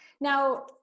now